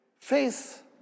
faith